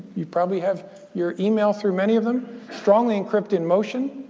you probably have your email through many of them strongly encrypted motion,